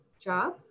job